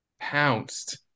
pounced